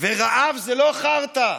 ורעב זה לא חרטא.